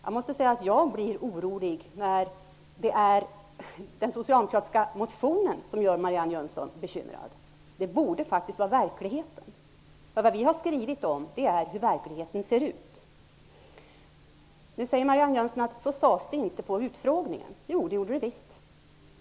Jag måste säga att jag blir orolig när det är den socialdemokratiska motionen som gör Marianne Jönsson bekymrad. Det borde faktiskt vara verkligheten. Vad vi har skrivit om är hur verkligheten ser ut. Marianne Jönsson säger att så sades det inte på utfrågningen. Jo, det gjorde det visst!